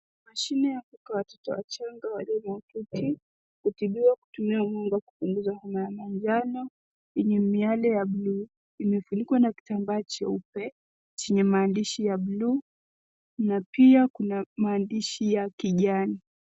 Mashine ya kutoa watoto wachanga walio mahututi, hutibiwa kutumia mwanga wa kupunguza umeme manjano yenye miale ya buluu imefunikwa na kitambaa cheupe chenye maandishi ya buluu na pia kuna maandishi ya kijani.